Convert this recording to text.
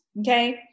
okay